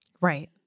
Right